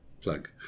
Plug